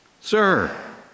Sir